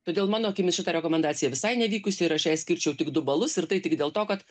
todėl mano akimis šita rekomendacija visai nevykusi ir aš jai skirčiau tik du balus ir tai tik dėl to kad